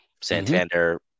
Santander